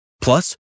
Plus